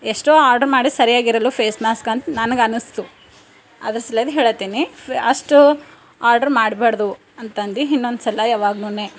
ಎಷ್ಟೋ ಆರ್ಡ್ರ್ ಮಾಡಿದ ಸರಿಯಾಗಿರೋಲ್ಲ ಫೇಸ್ ಮಾಸ್ಕ್ ಅಂತ ನನಗೆ ಅನಿಸ್ತು ಅದರ ಸಲೇದ ಹೇಳುತ್ತೀನಿ ಅಷ್ಟೂ ಆರ್ಡ್ರ್ ಮಾಡಬಾರ್ದು ಅಂತಂದು ಇನ್ನೊಂದು ಸಲ ಯಾವಾಗ್ಲು